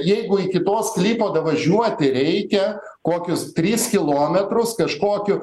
jeigu iki tol sklypo davažiuoti reikia kokius tris kilometrus kažkokiu